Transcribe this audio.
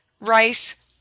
rice